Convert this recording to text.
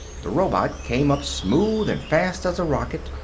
the robot came up smooth and fast as a rocket,